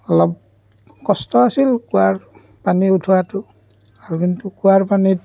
অলপ কষ্ট আছিল কুঁৱাৰ পানী উঠোৱাতো আৰু কিন্তু কুঁৱাৰ পানীত